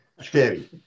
Scary